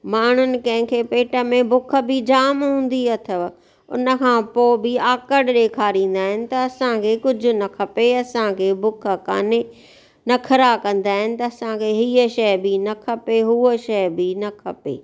माण्हुनि कंहिंखे पेट में बुख बि जाम हूंदी अथव उन खां पोइ बि आकुड़ु ॾेखारींदा आहिनि त असांखे कुझु न खपे असांखे बुख कान्हे नख़रा कंदा आहिनि त असांखे हीअ शइ बि न खपे हूअ शइ बि न खपे